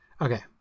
Okay